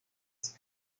sky